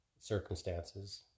circumstances